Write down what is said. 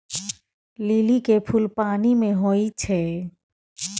लिली के फुल पानि मे होई छै